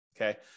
okay